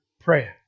prayer